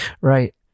Right